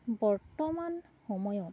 বৰ্তমান সময়ত